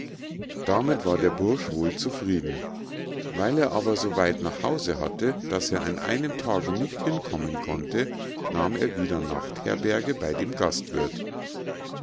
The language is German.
damit war der bursch wohl zufrieden weil er aber so weit nach hause hatte daß er an einem tage nicht hinkommen konnte nahm er wieder nachtherberge bei dem gastwirth